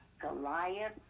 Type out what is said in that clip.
Goliath